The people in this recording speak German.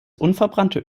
unverbrannte